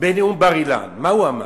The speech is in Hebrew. בנאום בר-אילן, מה הוא אמר?